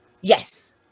Yes